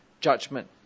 judgment